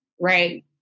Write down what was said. right